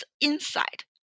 insight